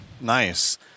Nice